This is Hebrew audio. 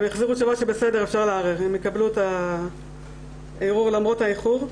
הם החזירו תשובות שבסדר אפשר לערער והם יקבלו את הערעור למרות האיחור.